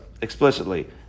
explicitly